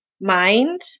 mind